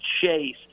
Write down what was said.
Chase